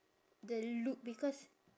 the look because